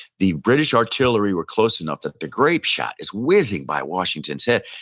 the british artillery were close enough that the grape shot is whizzing by washington's head.